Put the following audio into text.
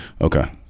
Okay